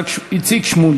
לממסד הביטחוני.